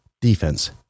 defense